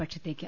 പക്ഷത്തേക്ക്